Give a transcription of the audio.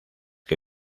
que